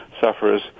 sufferers